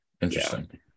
interesting